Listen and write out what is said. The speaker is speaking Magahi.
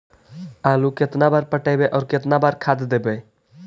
आलू केतना बार पटइबै और केतना बार खाद देबै?